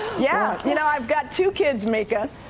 yeah, you know, i've got two kids, mika.